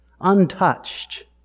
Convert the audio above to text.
untouched